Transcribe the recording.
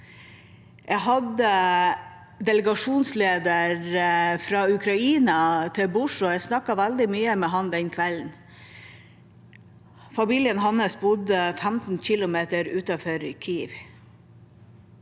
Jeg hadde delega sjonslederen fra Ukraina til bords og snakket veldig mye med han den kvelden. Familien hans bodde 15 km utenfor Kyiv.